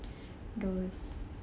those